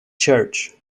church